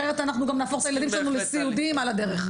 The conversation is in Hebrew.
אחרת נהפוך את הילדים שלנו לסיעודיים על הדרך.